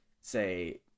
say